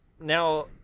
now